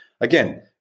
again